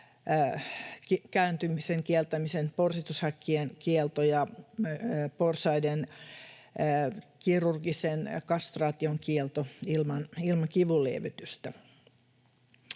kääntymisen estävän porsitushäkkien kiellon ja porsaiden kirurgisen kastraation kiellon ilman kivunlievitystä.